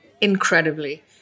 Incredibly